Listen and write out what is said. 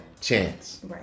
chance